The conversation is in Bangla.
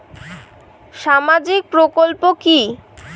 সামাজিক প্রকল্প কি?